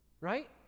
Right